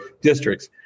districts